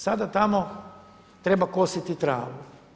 Sada tamo treba kositi travu.